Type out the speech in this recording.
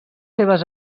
seves